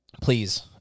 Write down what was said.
please